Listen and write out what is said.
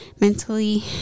mentally